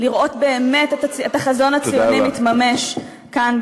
לראות באמת את החזון הציוני מתממש כאן,